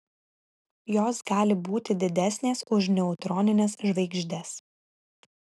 jos gali būti didesnės už neutronines žvaigždes